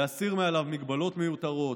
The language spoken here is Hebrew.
להסיר מעליו מגבלות מיותרות,